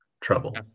trouble